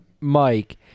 Mike